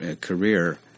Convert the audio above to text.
career